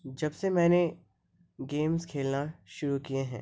جب سے میں نے گیمس کھیلنا شروع کیے ہیں